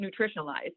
nutritionalized